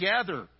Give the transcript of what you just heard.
together